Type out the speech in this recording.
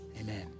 Amen